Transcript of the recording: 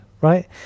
right